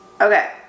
Okay